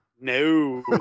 no